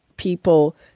people